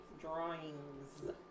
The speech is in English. drawings